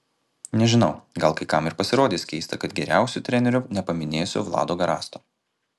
nežinau gal kai kam ir pasirodys keista kad geriausiu treneriu nepaminėsiu vlado garasto